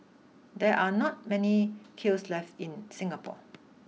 there are not many kilns left in Singapore